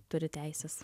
turi teises